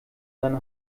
seine